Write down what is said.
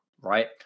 right